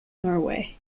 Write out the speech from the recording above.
norway